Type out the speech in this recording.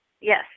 yes